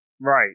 Right